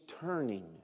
turning